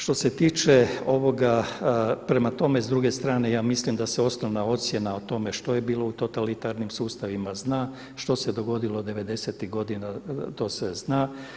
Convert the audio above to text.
Što se tiče ovoga, prema tome s druge strane ja mislim da se osnovna ocjena o tome što je bilo u totalitarnim sustavima zna što se dogodilo devedesetih godina to se zna.